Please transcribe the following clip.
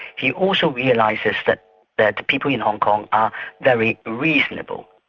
he also realises that that people in hong kong are very reasonable.